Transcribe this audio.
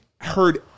heard